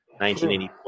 1984